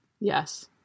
yes